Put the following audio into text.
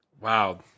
Wow